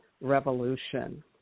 Revolution